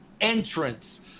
entrance